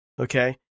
Okay